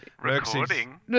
Recording